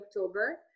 October